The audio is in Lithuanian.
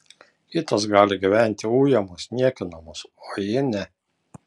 kitos gali gyventi ujamos niekinamos o ji ne